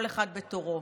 כל אחד בתורו.